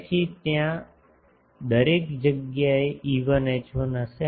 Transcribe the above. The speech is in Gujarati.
તેથી દરેક જગ્યાએ E1 H1 હશે